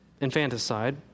infanticide